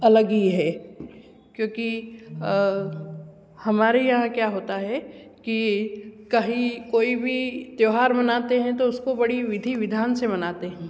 अलग ही है क्योंकि हमारे यहाँ क्या होता है की कहीं कोई भी भी त्यौहार मनाते हैं तो उसको बड़ी विधि विधान से मनाते हैं